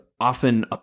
often